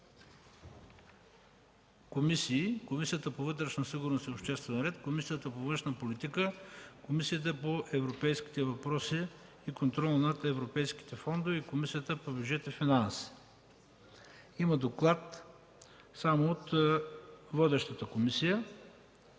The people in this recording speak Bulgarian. Комисията по вътрешна сигурност и обществен ред, Комисията по външна политика, Комисията по европейските въпроси и контрол над европейските фондове и Комисията по бюджет и финанси. Има доклад само от водещата комисия,